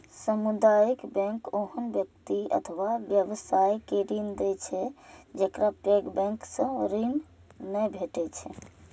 सामुदायिक बैंक ओहन व्यक्ति अथवा व्यवसाय के ऋण दै छै, जेकरा पैघ बैंक सं ऋण नै भेटै छै